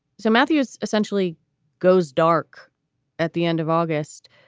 so matthews essentially goes dark at the end of august.